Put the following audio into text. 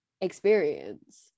experience